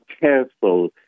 careful